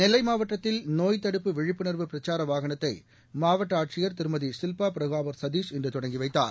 நெல்லை மாவட்டத்தில் நோய் தடுப்பு விழிப்புணா்வு பிரச்சார வாகனத்தை மாவட்ட ஆட்சியா் திரு ஷில்பா பிரபாகர் சதிஷ் இன்று தொடங்கி வைத்தார்